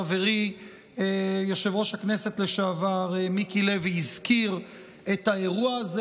חברי יושב-ראש הכנסת לשעבר מיקי לוי הזכיר את האירוע הזה.